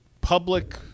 public